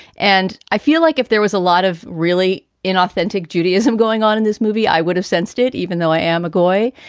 and i feel like if there was a lot of really inauthentic judaism going on in this movie, i would have sensed it. even though i am agoi.